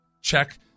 check